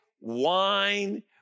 wine